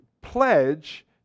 pledge